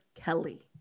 Kelly